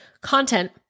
content